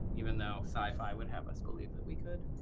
even though sci-fi would have us believe that we could.